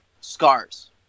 scars